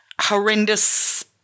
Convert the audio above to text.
horrendous